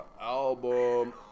album